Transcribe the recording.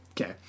okay